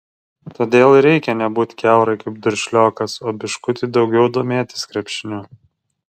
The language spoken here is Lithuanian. todėl ir reikia nebūt kiaurai kaip duršliokas o biškutį daugiau domėtis krepšiniu